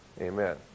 amen